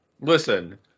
Listen